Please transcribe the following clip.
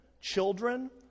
children